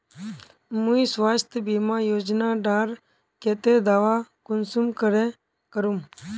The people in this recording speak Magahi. मुई स्वास्थ्य बीमा योजना डार केते दावा कुंसम करे करूम?